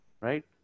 Right